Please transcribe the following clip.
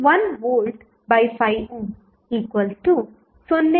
i01V5 0